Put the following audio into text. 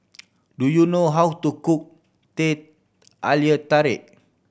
do you know how to cook Teh Halia Tarik